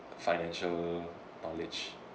financial knowledge